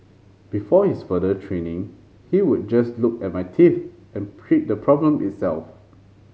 before his further training he would just look at my teeth and the problem itself